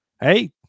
Hey